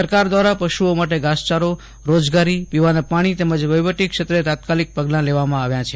સરકાર દ્વારા પશુઓ માટે ઘાસચારો રોજગારી પીવાના પાણી તેમજ વહીવટી ક્ષેત્રે તાત્કાલીક પગલા લીધા છે